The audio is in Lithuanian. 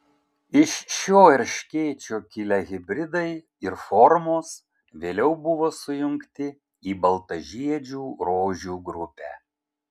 iš šio erškėčio kilę hibridai ir formos vėliau buvo sujungti į baltažiedžių rožių grupę